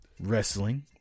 Wrestling